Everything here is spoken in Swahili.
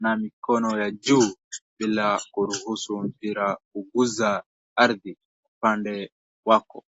na mikono ya juu bila kuruhusu mpira kuguza ardhi upande wako.